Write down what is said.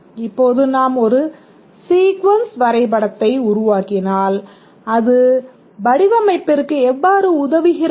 இப்போது நாம் ஒரு சீக்வென்ஸ் வரைபடத்தை உருவாக்கினால் அது வடிவமைப்பிற்கு எவ்வாறு உதவுகிறது